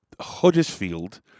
Huddersfield